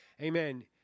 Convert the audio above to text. Amen